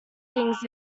things